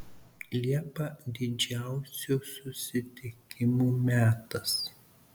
liepa didžiausių susitikimų metas